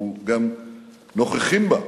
אנחנו גם נוכחים בה,